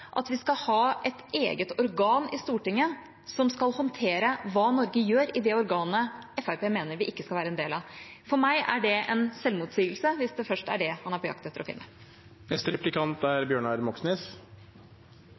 at vi skal ha et eget organ i Stortinget som skal håndtere hva Norge gjør i det organet Fremskrittspartiet mener vi ikke skal være en del av. For meg er det en selvmotsigelse, hvis det først er det han er på jakt etter å finne.